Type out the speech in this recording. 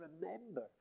remember